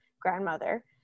grandmother